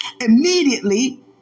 immediately